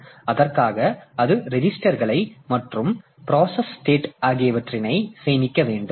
எனவே அதற்காக அது ரெஜிஸ்டர்களைச் மற்றும் பிராசஸ் ஸ்டேட் ஆகியவற்றினை சேமிக்க வேண்டும்